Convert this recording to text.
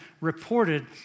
reported